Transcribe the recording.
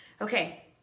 Okay